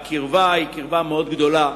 הקרבה היא מאוד גדולה,